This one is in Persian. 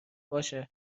باشه